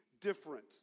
different